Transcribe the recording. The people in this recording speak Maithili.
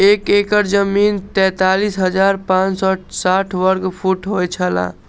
एक एकड़ जमीन तैंतालीस हजार पांच सौ साठ वर्ग फुट होय छला